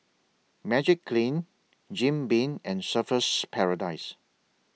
Magiclean Jim Beam and Surfer's Paradise